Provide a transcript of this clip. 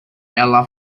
ela